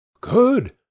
Good